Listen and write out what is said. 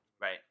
Right